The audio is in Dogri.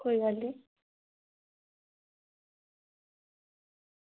कोई गल्ल निं